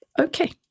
Okay